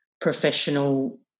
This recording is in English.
professional